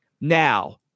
Now